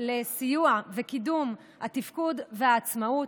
סיוע וקידום של התפקוד והעצמאות,